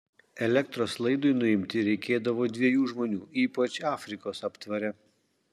elektros laidui nuimti reikėdavo dviejų žmonių ypač afrikos aptvare